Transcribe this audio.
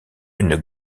une